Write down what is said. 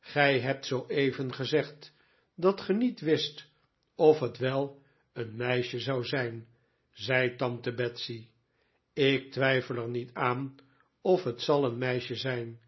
gij hebt zooeven gezegd dat ge niet wist of het wel een meisje zou zijn zei tante betsey ik twijfel er niet aan of het zal een meisje zijn